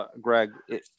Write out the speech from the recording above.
Greg